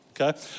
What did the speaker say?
okay